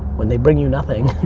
when they bring you nothing